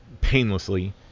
painlessly